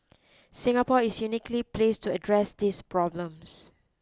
Singapore is uniquely placed to address these problems